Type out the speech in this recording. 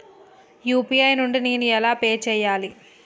UPI నుండి నేను ఎలా పే చెయ్యాలి?